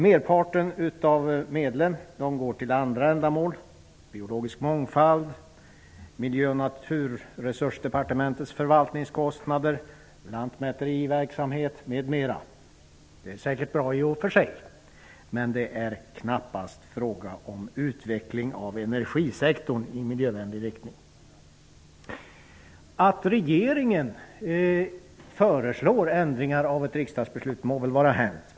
Merparten av medlen går till andra ändamål: biologisk mångfald, Miljö och naturresursdepartementets förvaltningskostnader, lantmäteriverksamhet, m.m. Det är säkert bra i och för sig, men det är knappast fråga om utveckling av energisektorn i miljövänlig riktning. Att regeringen föreslår ändringar av ett riksdagsbeslut må väl vara hänt.